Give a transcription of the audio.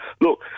look